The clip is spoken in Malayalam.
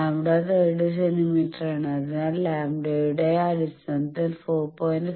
ലാംഡ 30 സെന്റീമീറ്ററാണ് അതിനാൽ ലാംഡയുടെ അടിസ്ഥാനത്തിൽ 4